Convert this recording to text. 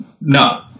no